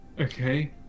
Okay